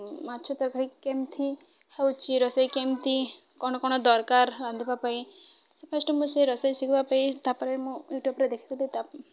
ମାଛ ତରକାରି କେମିତି ହେଉଛି ରୋଷେଇ କେମିତି କ'ଣ କ'ଣ ଦରକାର ରାନ୍ଧିବା ପାଇଁ ସେ ଫାଷ୍ଟ ମୁଁ ସେ ରୋଷେଇ ଶିଖିବା ପାଇଁ ତାପରେ ମୁଁ ୟୁଟ୍ୟୁବ୍ରେ ଦେଖିଲି ତା'